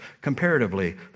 comparatively